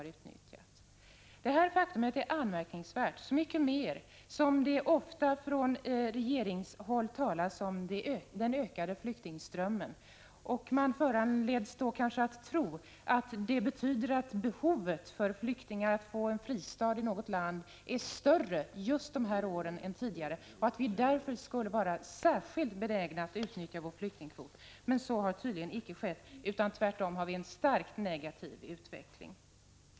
Detta faktum är anmärkningsvärt, så mycket mer som det ofta från regeringshåll talas om den ökade flyktingströmmen. Man föranleds kanske att tro att det betyder att behovet för flyktingar av att få en fristad i något land varit större just dessa år än tidigare och att vi därför skulle vara särskilt benägna att utnyttja vår flyktingkvot. Men så har tydligen icke skett, utan vi har tvärtom en starkt negativ utveckling.